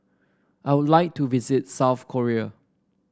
I would like to visit South Korea